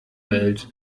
welt